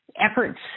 efforts